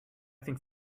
think